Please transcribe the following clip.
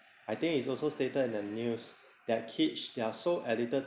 I think it's also stated in the news that kids they're so addicted